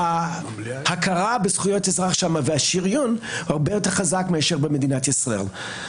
ההכרה בזכויות האזרח והשריון הרבה יותר חזקים מאשר במדינת ישראל,